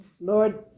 Lord